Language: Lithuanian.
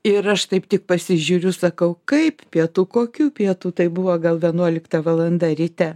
ir aš taip tik pasižiūriu sakau kaip pietų kokių pietų tai buvo gal vienuolikta valanda ryte